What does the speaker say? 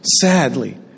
sadly